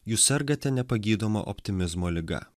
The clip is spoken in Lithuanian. jūs sergate nepagydoma optimizmo liga